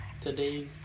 today